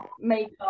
makeup